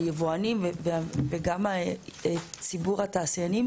היבואנים וגם ציבור התעשיינים,